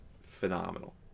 phenomenal